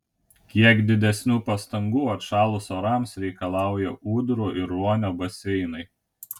kiek didesnių pastangų atšalus orams reikalauja ūdrų ir ruonio baseinai